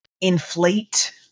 inflate